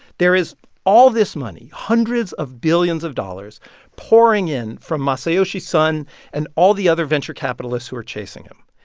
there is all this money hundreds of billions of dollars pouring in from masayoshi son and all the other venture capitalists who are chasing him.